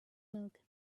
milk